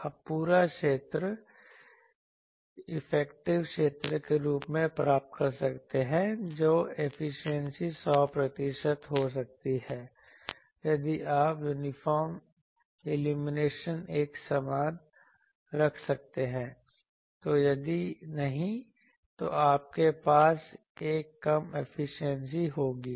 आप पूरा क्षेत्र इफेक्टिव क्षेत्र के रूप में प्राप्त कर सकते हैं जो एफिशिएंसी 100 प्रतिशत हो सकती है यदि आप यूनिफॉर्म इल्यूमिनेशन एक समान रखते हैं तो यदि नहीं तो आपके पास एक कम एफिशिएंसी होगी